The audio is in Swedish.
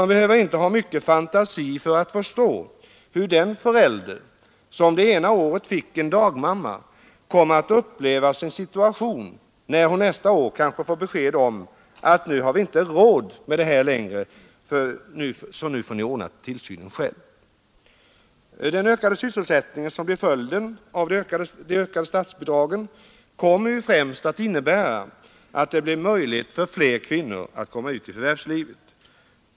Vi behöver inte ha mycket fantasi för att förstå hur de föräldrar som det ena året fick en dagmamma upplever sin situation, när de nästa år kanske får beskedet att ”nu har vi inte råd med det här längre, så nu får ni ordna tillsynen själva”. Den ökade sysselsättning som blir följden av de höjda statsbidragen kommer främst att innebära att det blir möjligt för fler kvinnor att komma ut i förvärvslivet.